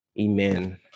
Amen